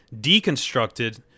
deconstructed